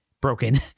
broken